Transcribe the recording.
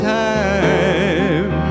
time